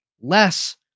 less